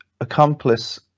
accomplice